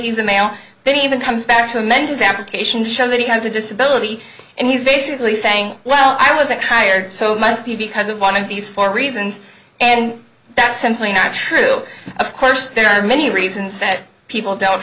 he's a male then even comes back to amend his application to show that he has a disability and he's basically saying well i wasn't hired so must be because of one of these for reasons and that's simply not true of course there are many reasons that people don't